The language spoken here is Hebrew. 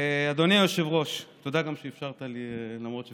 אדוני היושב-ראש, ותודה שאפשרת לי למרות שפספסתי,